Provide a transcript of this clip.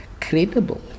credible